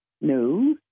No